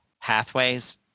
pathways